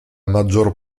maggior